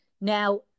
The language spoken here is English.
Now